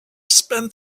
spent